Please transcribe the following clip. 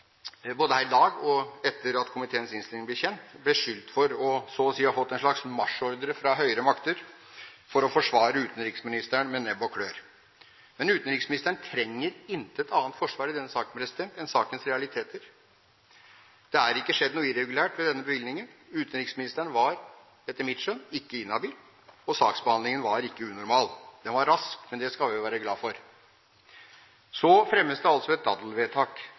både her i dag og etter at komiteens innstilling ble kjent, beskyldt for så å si å ha fått en slags marsjordre fra høyere makter om å forsvare utenriksministeren med nebb og klør. Men utenriksministeren trenger intet annet forsvar i denne saken enn sakens realiteter. Det har ikke skjedd noe irregulært ved denne bevilgningen. Utenriksministeren var, etter mitt skjønn, ikke inhabil. Saksbehandlingen var ikke unormal. Den var rask, men det skal vi være glad for. Så fremmes det altså forslag om et daddelvedtak